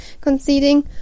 conceding